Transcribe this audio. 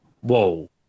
whoa